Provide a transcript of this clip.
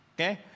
Okay